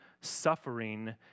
suffering